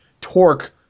torque